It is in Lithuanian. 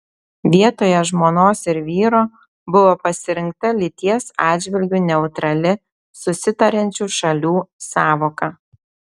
vietoje žmonos ir vyro buvo pasirinkta lyties atžvilgiu neutrali susitariančių šalių sąvoka